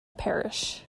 parish